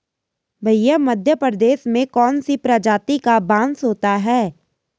भैया मध्य प्रदेश में कौन सी प्रजाति का बांस होता है?